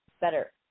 better